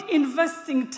investing